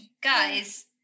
guys